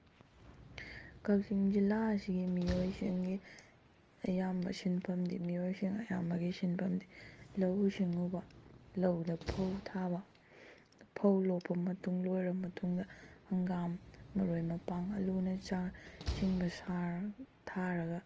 ꯀꯛꯆꯤꯡ ꯖꯤꯜꯂꯥ ꯑꯁꯤꯒꯤ ꯃꯤꯑꯣꯏꯁꯤꯡꯒꯤ ꯑꯌꯥꯝꯕ ꯁꯤꯟꯐꯝꯗꯤ ꯃꯤꯑꯣꯏꯁꯤꯡ ꯑꯌꯥꯝꯕꯒꯤ ꯁꯤꯟꯐꯝꯗꯤ ꯂꯧꯎ ꯁꯤꯡꯎꯕ ꯂꯧꯗ ꯐꯧ ꯊꯥꯕ ꯐꯧ ꯂꯣꯛꯄ ꯃꯇꯨꯡ ꯂꯣꯏꯔꯕ ꯃꯇꯨꯡꯗ ꯍꯪꯒꯥꯝ ꯃꯔꯣꯏ ꯃꯄꯥꯡ ꯑꯥꯜꯂꯨꯅ ꯆꯤꯡꯕ ꯊꯥꯔꯒ